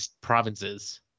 provinces